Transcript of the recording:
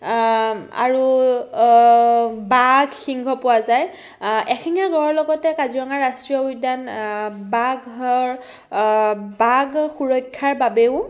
আৰু বাঘ সিংহ পোৱা যায় এশিঙীয়া গঁড়ৰ লগতে কাজিৰঙা ৰাষ্ট্ৰীয় উদ্যান বাঘৰ বাঘ সুৰক্ষাৰ বাবেও